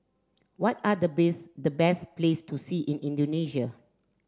what are the best the best place to see in Indonesia